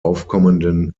aufkommenden